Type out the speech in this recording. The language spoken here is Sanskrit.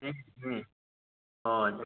हो